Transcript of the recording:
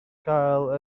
gael